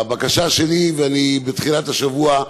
הבקשה שלי, בתחילת השבוע,